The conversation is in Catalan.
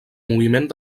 moviment